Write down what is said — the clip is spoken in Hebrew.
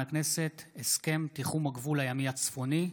הכנסת הסכם תיחום הגבול הימי הצפוני.